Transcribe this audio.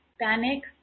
panic